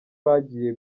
bagiye